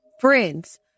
Friends